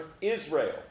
Israel